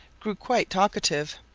grew quite talkative.